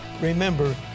remember